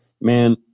man